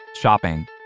shopping